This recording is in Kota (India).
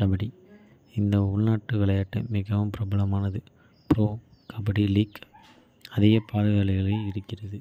கபடி: இந்த உள்நாட்டு விளையாட்டு மிகவும் பிரபலமானது, புரோ கபடி லீக் அதிக பார்வையாளர்களை ஈர்க்கிறது.